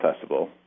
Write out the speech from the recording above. Festival